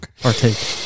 Partake